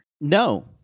No